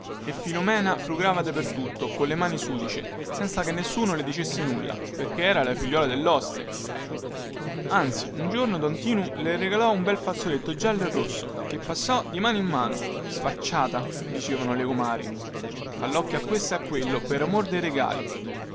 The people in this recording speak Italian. e filomena frugava dappertutto colle mani sudice senza che nessuno le dicesse nulla perchè era la figliuola delloste anzi un giorno don tinu le regalò un bel fazzoletto giallo e rosso che passò di mano in mano sfacciata dicevano le comari fa locchio a questo e a quello per amor dei regali